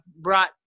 brought